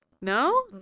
No